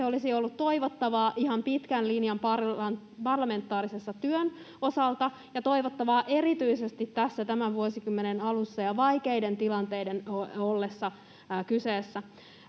olisi ollut toivottavaa ihan pitkän linjan parlamentaarisen työn osalta ja toivottavaa erityisesti tämän vuosikymmenen alussa ja vaikeiden tilanteiden ollessa kyseessä.